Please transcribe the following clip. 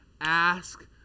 ask